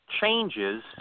changes